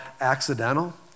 accidental